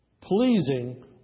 pleasing